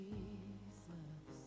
Jesus